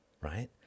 right